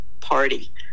party